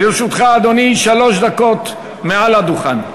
לרשותך, אדוני, שלוש דקות מהדוכן.